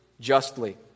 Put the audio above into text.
justly